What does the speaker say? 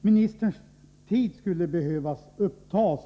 ministerns tid skulle behöva upptas.